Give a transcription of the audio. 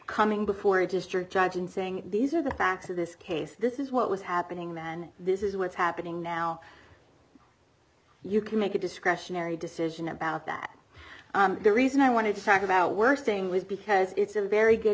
coming before a district judge and saying these are the facts of this case this is what was happening men this is what's happening now you can make a discretionary decision about that the reason i wanted to talk about worst thing was because it's a very good